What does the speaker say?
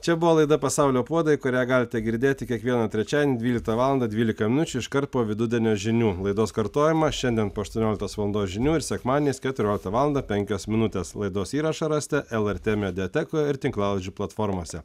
čia buvo laida pasaulio puodai kurią galite girdėti kiekvieną trečiadienį dvyliktą valandą dvylika minučių iškart po vidudienio žinių laidos kartojimas šiandien po aštuonioliktos valandos žinių ir sekmadieniais keturioliktą valandą penkios minutės laidos įrašą rasite lrt mediatekoj ir tinklalaidžių platformose